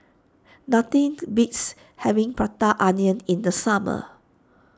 nothing beats having Prata Onion in the summer